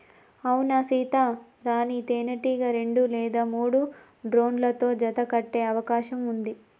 అవునా సీత, రాణీ తేనెటీగ రెండు లేదా మూడు డ్రోన్లతో జత కట్టె అవకాశం ఉంది